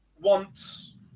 wants